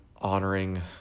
honoring